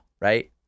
right